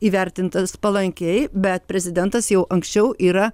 įvertintas palankiai bet prezidentas jau anksčiau yra